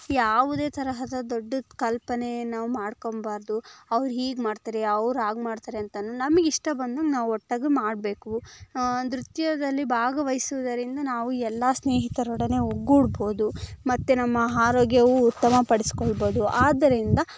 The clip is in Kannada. ಯಾವುದೇ ತರಹದ ದೊಡ್ಡದು ಕಲ್ಪನೆ ನಾವು ಮಾಡಿಕೊಂಬಾರ್ದು ಅವ್ರು ಹೀಗೆ ಮಾಡ್ತಾರೆ ಅವ್ರು ಹಾಗೆ ಮಾಡ್ತಾರೆ ಅಂತ ನಮ್ಗೆ ಇಷ್ಟ ಬಂದಂಗೆ ನಾವು ಒಟ್ಟಾಗಿ ಮಾಡಬೇಕು ನೃತ್ಯದಲ್ಲಿ ಭಾಗವಹಿಸೋದರಿಂದ ನಾವು ಎಲ್ಲಾ ಸ್ನೇಹಿತರೊಡನೆ ಒಗ್ಗೂಡ್ಬೋದು ಮತ್ತೆ ನಮ್ಮ ಆರೋಗ್ಯವೂ ಉತ್ತಮ ಪಡಿಸಿಕೊಳ್ಬೋದು ಆದ್ದರಿಂದ